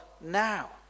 now